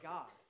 God